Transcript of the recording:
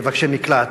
מבקשי מקלט,